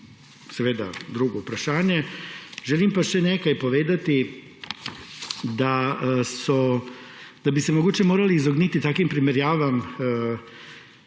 seveda drugo vprašanje. Želim še nekaj povedati, da bi se mogoče morali izogniti takim primerjavam,